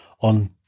on